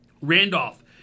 Randolph